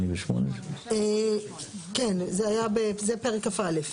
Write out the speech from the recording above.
88. כן, זה היה, זה פרק כ"א.